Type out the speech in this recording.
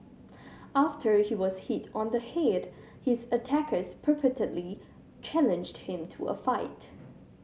after he was hit on the head his attackers purportedly challenged him to a fight